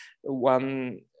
one